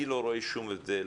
אני לא רואה שום הבדל.